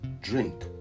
drink